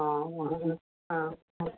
हा हो हा